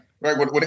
right